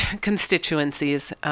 constituencies